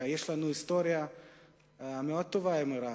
יש לנו היסטוריה מאוד טובה עם אירן,